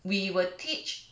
we will teach